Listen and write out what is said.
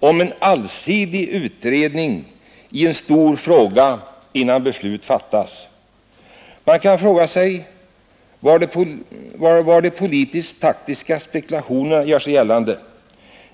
om en allsidig utredning i en stor fråga, innan beslut fattas. Man kan fråga sig var de politisk-taktiska spekulationerna gör sig gällande.